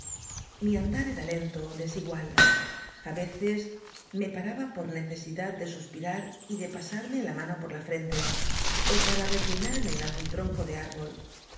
mi andar era lento desigual á v e c e s m e paraba p o r necesidad de suspirar y de p a s a r m e la m a n o por la frente ó para reclinarme en algún tronco de árbol